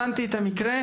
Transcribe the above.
הבנתי את המקרה.